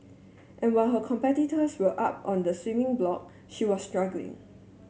and while her competitors were up on the swimming block she was struggling